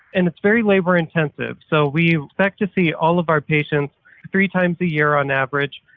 and it's very labor intensive, so we expect to see all of our patients three times a year on average,